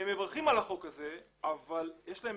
יש להם